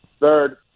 third